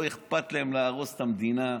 לא אכפת להם להרוס את המדינה.